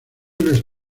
les